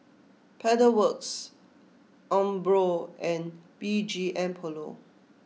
Pedal Works Umbro and B G M Polo